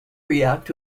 react